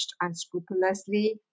unscrupulously